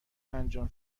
انجام